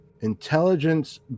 intelligence